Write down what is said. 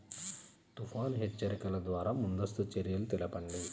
తుఫాను హెచ్చరికల ద్వార ముందస్తు చర్యలు తెలపండి?